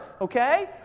okay